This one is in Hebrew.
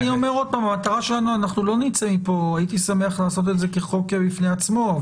אני אומר עוד פעם שהייתי שמח לעשו את זה כחוק בפני עצמו,